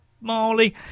Marley